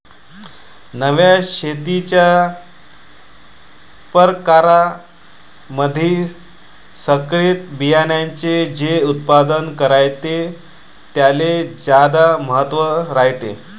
नव्या शेतीच्या परकारामंधी संकरित बियान्याचे जे उत्पादन रायते त्याले ज्यादा महत्त्व रायते